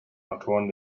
autoren